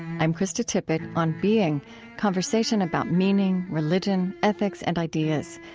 i'm krista tippett, on being conversation about meaning, religion, ethics, and ideas.